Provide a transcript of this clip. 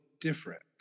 different